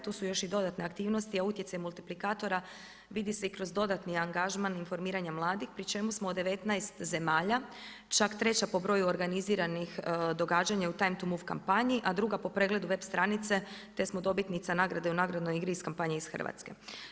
Tu su još i dodatne aktivnosti, a utjecaj multiplikatora, vidi se i kroz dodatni angažman, informiranja mladih, pri čemu smo od 19 zemalja, čak 3 po broju organiziranih događanja u time to move kampanji, a druga po pregledu web stranice, te smo dobitnica u nagradnoj igri iz kapanje iz Hrvatske.